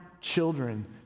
children